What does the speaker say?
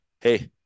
hey